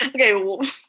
Okay